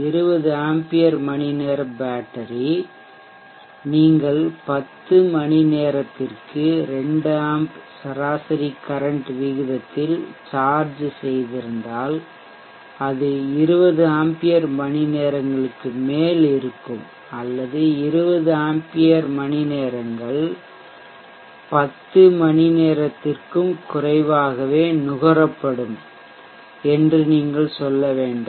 20 ampere மணிநேர battery நீங்கள் 10 மணிநேரத்திற்கு 2 ஆம்ப் சராசரி கரன்ட் விகிதத்தில் சார்ஜ் செய்திருந்தால் அது 20 ஆம்பியர் மணிநேரங்களுக்கு மேல் இருக்கும் அல்லது 20 ஆம்பியர் மணிநேரங்கள் 10 மணி நேரத்திற்கும் குறைவாகவே நுகரப்படும் என்று நீங்கள் சொல்ல வேண்டும்